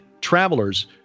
travelers